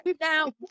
Now